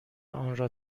آنرا